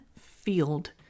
field